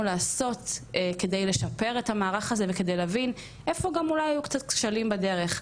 לעשות כדי לשפר את המערך הזה וכדי להבין איפה גם אולי היו קצת כשלים בדרך.